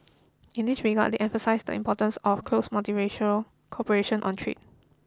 in this regard they emphasised the importance of close multilateral cooperation on trade